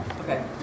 Okay